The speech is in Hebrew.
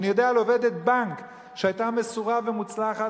אני יודע על עובדת בנק שהיתה מסורה ומוצלחת,